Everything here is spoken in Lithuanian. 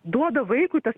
duoda vaikui tas